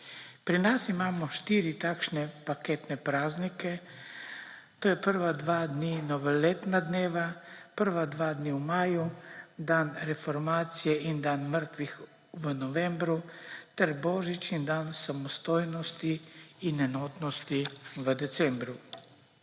Pri nas imamo štiri takšne paketne praznike, to je prva dva dni novoletna dneva, prva dva dni v maju, dan reformacije in dan mrtvih v novembru ter božič in dan samostojnosti in enotnosti v decembru.